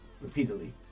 repeatedly